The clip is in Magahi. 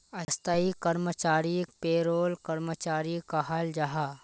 स्थाई कर्मचारीक पेरोल कर्मचारी कहाल जाहा